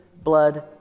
blood